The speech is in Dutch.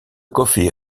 koffie